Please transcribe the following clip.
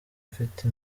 mfite